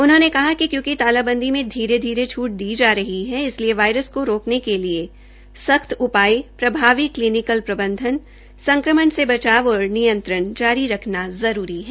उन्होंने कहा कि क्योंकि तालाबंदी में धीरे धीरे छूट दी जा रही हैइसलिए वायरस को रोकने के लिए सख्त उपाय प्रभावी क्लीनीकल प्रबंधन संक्रमण से बचाव और नियंत्रण रखना जरूरी है